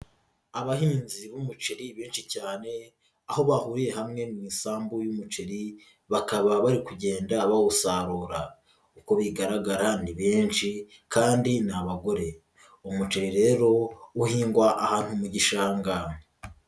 Abahinzi b'umuceri benshi cyane aho bahuriye hamwe mu isambu y'umuceri bakaba bari kugenda bawusarura, uko bigaragara ni benshi kandi ni abagore. Umuceri rero uhingwa ahantu mu gishanga.